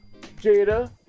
Jada